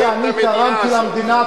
מה שאני תרמתי למדינה,